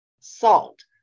SALT